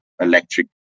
electric